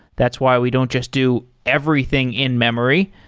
that's why we don't just do everything in memory.